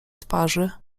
twarzy